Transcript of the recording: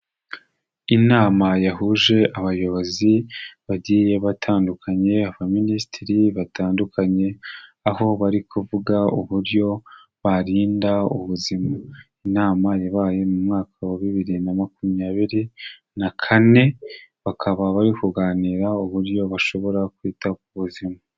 Inama yahuje abayobozi bagiye batandukanye abaminisitiri batandukanye, aho barikuvuga uburyo barinda ubuzima. Inama yabaye mu mwaka wa bibiri na makumyabiri na kane, bakaba barikuganira uburyo bashobora kwita ku buzima.